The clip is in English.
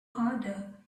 harder